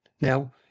Now